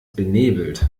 benebelt